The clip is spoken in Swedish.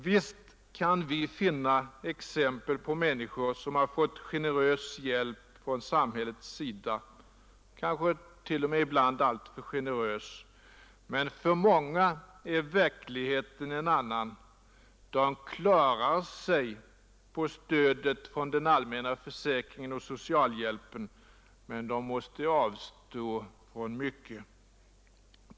Visst kan vi finna exempel på människor som fått generös hjälp från samhällets sida — kanske t.o.m. ibland alltför generös — men för många är verkligheten en annan. De klarar sig någorlunda på stödet från den allmänna försäkringen och socialhjälpen, men de måste avstå från mycket.